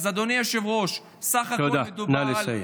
אדוני היושב-ראש, בסך הכול מדובר, נא לסיים.